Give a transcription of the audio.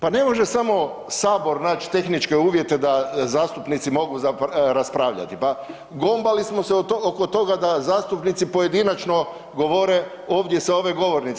Pa ne možemo samo Sabor naći tehničke uvjete da zastupnici mogu raspravljati, pa gombali smo se oko toga da zastupnici pojedinačno govore ovdje sa ove govornice.